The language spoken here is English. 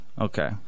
Okay